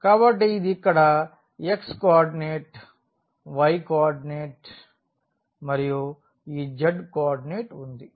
కాబట్టి ఇది ఇక్కడ x కోఆర్డినేట్ y కోఆర్డినేట్ మరియు ఈ z కోఆర్డినేట్ వుంది